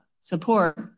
support